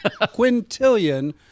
Quintillion